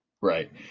Right